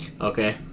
Okay